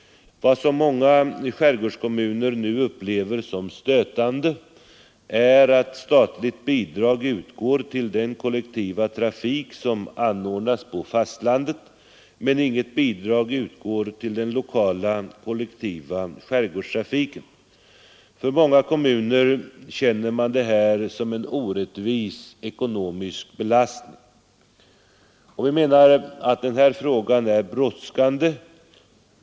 Vad många skärgårdskommuner nu upplever som stötande är att statligt bidrag utgår till den kollektiva trafik som anordnas på fastlandet men inte till den lokala kollektiva skärgårdstrafiken. För många kommuner känns detta som en orättvis ekonomisk belastning. Den här saken är brådskande.